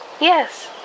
Yes